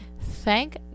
Thank